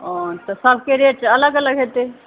ओ तऽ सभके रेट अलग अलग हेतै